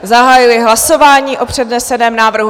Zahajuji hlasování o předneseném návrhu.